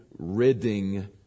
ridding